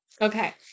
Okay